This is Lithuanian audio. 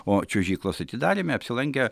o čiuožyklos atidaryme apsilankė